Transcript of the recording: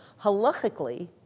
halachically